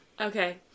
Okay